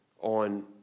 on